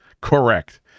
Correct